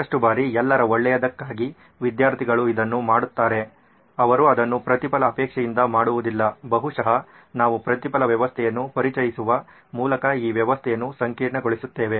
ಸಾಕಷ್ಟು ಬಾರಿ ಎಲ್ಲರ ಒಳ್ಳೆಯದಕ್ಕಾಗಿ ವಿದ್ಯಾರ್ಥಿಗಳು ಇದನ್ನು ಮಾಡುತ್ತಾರೆ ಅವರು ಅದನ್ನು ಪ್ರತಿಫಲ ಅಪೇಕ್ಷೆಯಿಂದ ಮಾಡುವುದಿಲ್ಲ ಬಹುಶಃ ನಾವು ಪ್ರತಿಫಲ ವ್ಯವಸ್ಥೆಯನ್ನು ಪರಿಚಯಿಸುವ ಮೂಲಕ ಈ ವ್ಯವಸ್ಥೆಯನ್ನು ಸಂಕೀರ್ಣಗೊಳಿಸುತ್ತೇವೆ